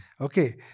okay